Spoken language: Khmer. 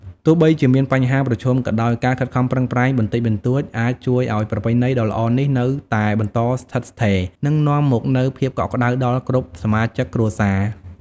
ទោះបីជាមានបញ្ហាប្រឈមក៏ដោយ ការខិតខំប្រឹងប្រែងបន្តិចបន្តួចអាចជួយឲ្យប្រពៃណីដ៏ល្អនេះនៅតែបន្តស្ថិតស្ថេរ និងនាំមកនូវភាពកក់ក្តៅដល់គ្រប់សមាជិកគ្រួសារ ។